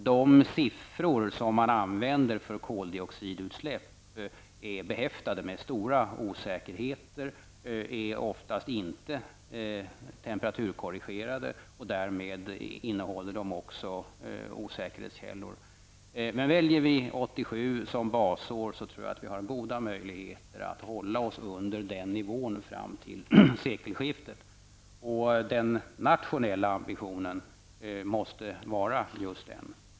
De siffror som man använder när det gäller koldioxidutsläpp är behäftade med stor osäkerhet. Oftast är de inte temperaturkorrigerade, och därför blir de också osäkra. Väljer vi 1987 som basår tror jag att vi har goda möjligheter att hålla oss under den nivån fram till sekelskiftet. Den nationella ambitionen måste vara just den.